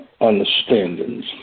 understandings